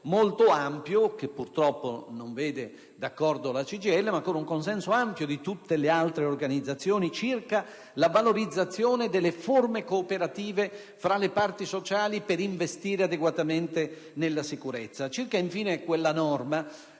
molto ampio (che purtroppo non vede d'accordo la CGIL) di tutte le altre organizzazioni circa la valorizzazione delle forme cooperative fra le parti sociali per investire adeguatamente nella sicurezza. Circa, infine, la norma